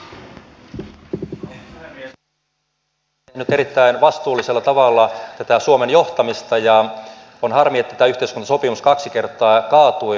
pääministeri on tehnyt erittäin vastuullisella tavalla tätä suomen johtamista ja on harmi että tämä yhteiskuntasopimus kaksi kertaa kaatui